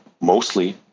mostly